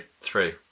Three